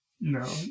no